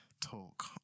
talk